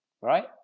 right